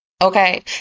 Okay